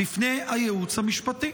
בפני הייעוץ המשפטי?